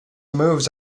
moves